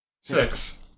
Six